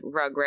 Rugrat